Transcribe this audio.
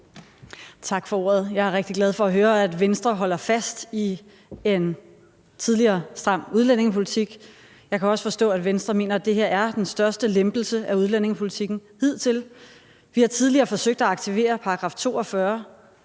Tak for ordet. Jeg er rigtig glad for at høre, at Venstre holder fast i en tidligere stram udlændingepolitik. Jeg kan også forstå, at Venstre mener, at det her er den største lempelse af udlændingepolitikken hidtil. Vi har tidligere forsøgt at aktivere § 42.